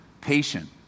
patient